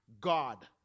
god